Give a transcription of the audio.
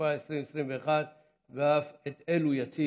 התשפ"א 2021. אף אותו יציג